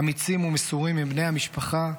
אמיצים ומסורים הם בני המשפחה,